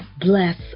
bless